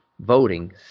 voting